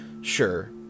Sure